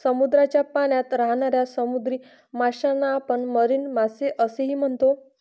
समुद्राच्या पाण्यात राहणाऱ्या समुद्री माशांना आपण मरीन मासे असेही म्हणतो